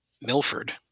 Milford